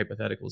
hypotheticals